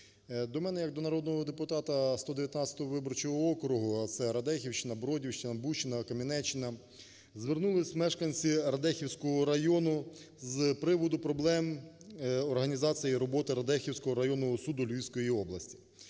До мене як до народного депутата 119 виборчого округу, а це Радехівщина, Бродівщина, Бучина, Кам'янеччина, звернулись мешканці Радехівського району з приводу проблем організації роботи Радехівського суду Львівської області.